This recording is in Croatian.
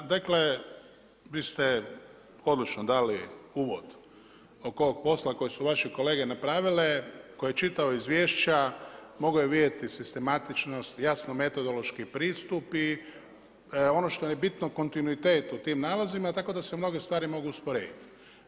Dakle vi ste odlično dali uvod oko ovog posla koje su vaše kolege napravile, tko je čitao izvješća mogao je vidjeti sistematičnost, jasno metodološki pristupi ono što je bio kontinuitet u tim nalazim, tako da se mnoge stvari mogu usporediti.